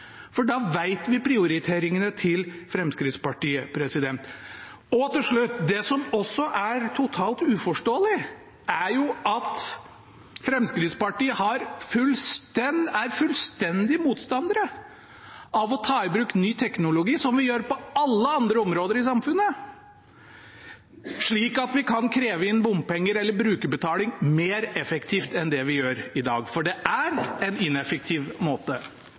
For da vet vi prioriteringene til Fremskrittspartiet. Og til slutt: Det som også er totalt uforståelig, er at Fremskrittspartiet er fullstendig motstandere av å ta i bruk ny teknologi – som vi gjør på alle andre områder i samfunnet – slik at vi kan kreve inn bompenger eller brukerbetaling mer effektivt enn det vi gjør i dag, for det er en ineffektiv måte.